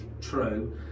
true